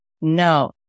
No